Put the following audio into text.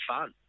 fun